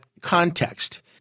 context